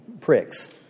pricks